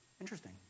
interesting